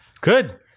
Good